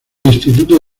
instituto